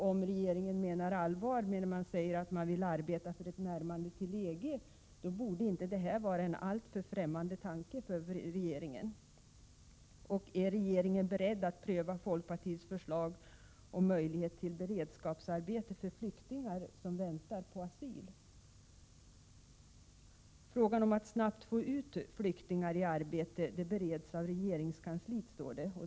Om regeringen menar allvar när man säger sig vilja arbeta för ett närmande till EG, borde inte detta vara en alltför främmande tanke för regeringen. Frågan om att snabbt få ut flyktingar i arbete bereds i regeringskansliet, står det i svaret.